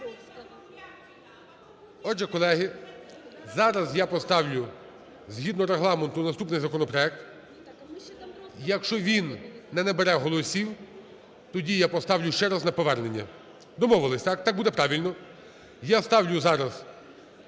Отже, колеги, зараз я поставлю, згідно Регламенту, наступний законопроект, якщо він не набере голосів, тоді я поставлю ще раз на повернення. Домовились – так? Так буде правильно. Я ставлю зараз